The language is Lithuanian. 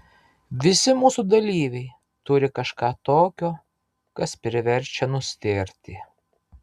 visi mūsų dalyviai turi kažką tokio kas priverčia nustėrti